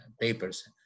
papers